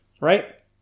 right